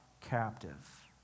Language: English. captive